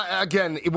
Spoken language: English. Again